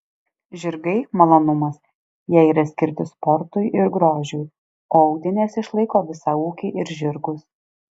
žirgai malonumas jie yra skirti sportui ir grožiui o audinės išlaiko visą ūkį ir žirgus